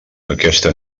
aquesta